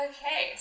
Okay